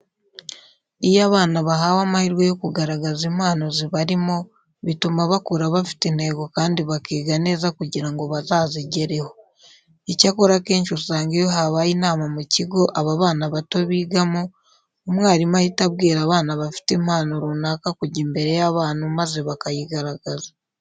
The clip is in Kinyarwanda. Iyo abana bahawe amahirwe yo kugaragaza impano zibarimo bituma bakura bafite intego kandi bakiga neza kugira ngo bazazigereho. Icyakora, akenshi usanga iyo habaye inama mu kigo aba bana bato bigamo, umwarimu ahita abwira abana bafite impano runaka kujya imbere y'abantu maze bakayigaragaza.